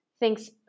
Thanks